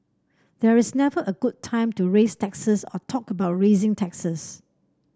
there is never a good time to raise taxes or talk about raising taxes